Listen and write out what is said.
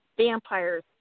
Vampires